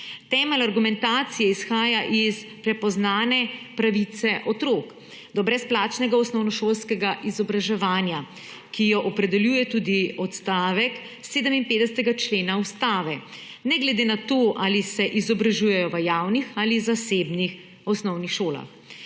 Temelj argumentacije izhaja iz prepoznane pravice otrok do brezplačnega osnovnošolskega izobraževanja, ki jo opredeljuje tudi odstavek 57. člena Ustave, ne glede na to, ali se izobražujejo v javnih ali zasebnih osnovnih šolah.